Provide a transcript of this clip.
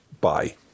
Bye